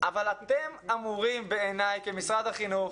אבל אתם אמורים, בעיניי, כמשרד החינוך,